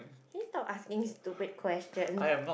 can you stop asking these stupid questions